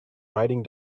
riding